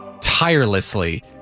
tirelessly